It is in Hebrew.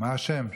מה השם?